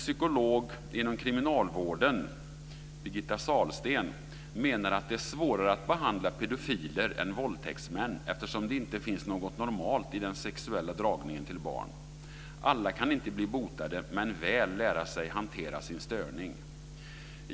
Sahlsten, menar att det är svårare att behandla pedofiler än våldtäktsmän, eftersom det inte finns något normalt i den sexuella dragningen till barn. Alla kan inte bli botade, men väl lära sig hantera sin störning.